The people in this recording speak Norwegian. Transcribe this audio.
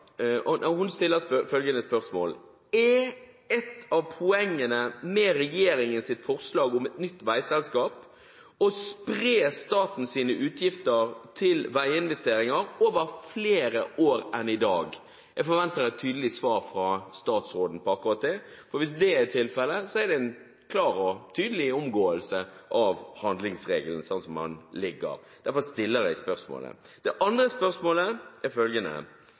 stiller følgende spørsmål: Er ett av poengene med regjeringens forslag om et nytt veiselskap å spre statens utgifter til veiinvesteringer over flere år enn i dag? Jeg forventer et tydelig svar fra statsråden på akkurat det, og hvis det er tilfellet, er det en klar og tydelig omgåelse av handlingsregelen, slik den ligger. Derfor stiller jeg spørsmålet. Så til det andre spørsmålet: